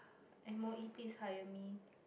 and more eat this hire me